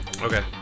Okay